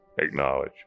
acknowledge